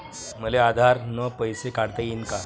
मले आधार न पैसे काढता येईन का?